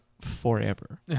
forever